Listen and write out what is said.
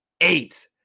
eight